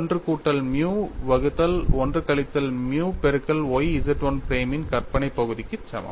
1 கூட்டல் மியூ வகுத்தல் 1 கழித்தல் மியூ பெருக்கல் y Z 1 பிரைம் இன் கற்பனை பகுதிக்கு சமம்